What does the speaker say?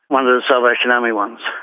one of the salvation army ones,